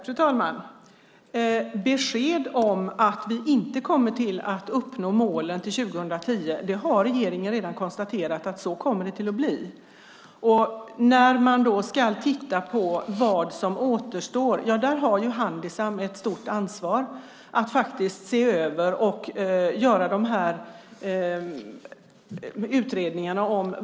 Fru talman! Besked om att vi inte kommer att uppnå målen till 2010 har regeringen redan lämnat. Man har konstaterat att så kommer det att bli. Vad är det som återstår? Ja, där har Handisam ett stort ansvar att se över och göra utredningar.